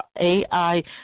AI